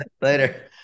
later